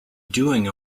doing